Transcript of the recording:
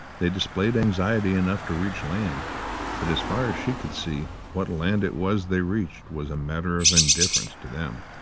they displayed anxiety enough to reach land but, as far as she could see, what land it was they reached was a matter of indifference to them.